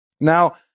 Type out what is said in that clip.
Now